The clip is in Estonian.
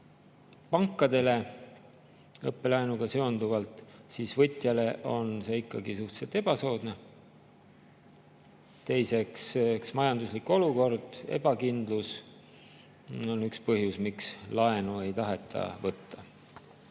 pankadele õppelaenuga seonduva, on [laenu] võtjale see suhteliselt ebasoodne. Teiseks, eks majanduslik olukord, ebakindlus on üks põhjus, miks laenu ei taheta võtta.